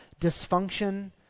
dysfunction